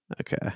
Okay